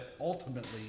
ultimately